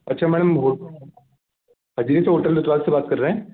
अच्छा मैडम हो Ajit hotel resort से बात कर रहे हैं